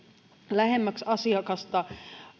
lähemmäksi asiakasta